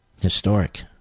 historic